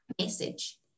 message